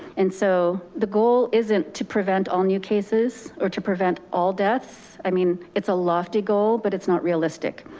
and so the goal isn't to prevent all new cases or to prevent all deaths. i mean, it's a lofty goal, but it's not realistic.